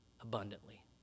abundantly